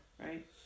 right